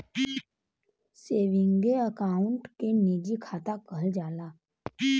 सेवींगे account के निजी खाता कहल जाला